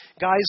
guys